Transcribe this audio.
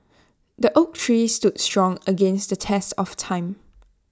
the oak tree stood strong against the test of time